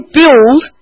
build